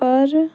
ਪਰ